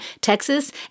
Texas